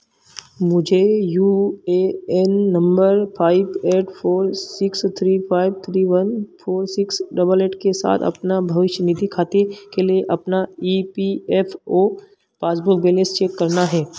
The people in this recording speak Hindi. मुझे U A N number five eight four six three five three one four six double eight के साथ अपना भविष्य निधि खाते के लिए अपना E P F O passbook balance check करना है